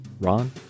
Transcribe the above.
Ron